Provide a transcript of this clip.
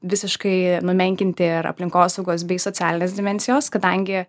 visiškai numenkinti ir aplinkosaugos bei socialinės dimensijos kadangi